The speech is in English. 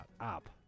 Up